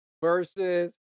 versus